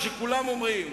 שומע,